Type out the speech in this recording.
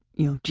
you know,